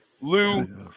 Lou